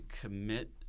commit